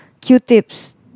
Q-tips